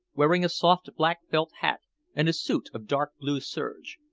wearing a soft black felt hat and a suit of dark blue serge.